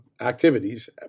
activities